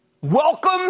Welcome